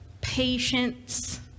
patience